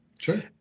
sure